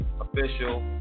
official